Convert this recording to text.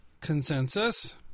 consensus